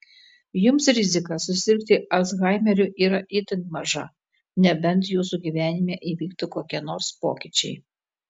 jums rizika susirgti alzhaimeriu yra itin maža nebent jūsų gyvenime įvyktų kokie nors pokyčiai